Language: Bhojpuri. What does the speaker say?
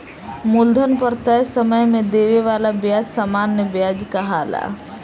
मूलधन पर तय समय में देवे वाला ब्याज सामान्य व्याज कहाला